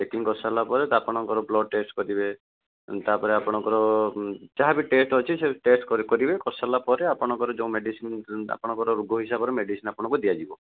checking କରିସରିଲା ପରେ ଆପଣଙ୍କର ବ୍ଲଡ଼ ଟେଷ୍ଟ କରିବେ ତାପରେ ଆପଣଙ୍କର ଯାହା ବି ଟେଷ୍ଟ ଅଛି କରିବେ କରିସାରିଲା ରେ ଆପଣଙ୍କର ଯେଉଁ ମେଡ଼ିସିନ୍ ଆପଣଙ୍କର ରୋଗ ହିସାବରେ ମେଡ଼ିସିନ୍ ଆପଣଙ୍କୁ ଦିଆଯିବ